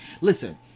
Listen